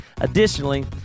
Additionally